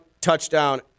touchdown